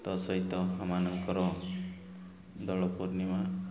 ତା' ସହିତ ଆମ ମାନଙ୍କର ଦୋଳ ପୂର୍ଣ୍ଣିମା